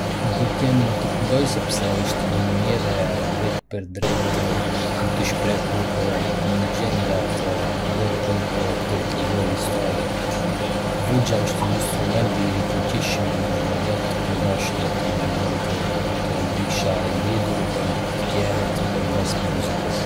Më pëlqen të këndoj sepse është një mënyrë e drejtpërdrejtë për të shprehur ndjenjat dhe për të treguar histori. Vuxhia është një instrument i fuqishëm, dhe të këndosh do të më bënte të ndihesha i lidhur me të tjerët përmes muzikës.